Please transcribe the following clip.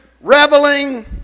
reveling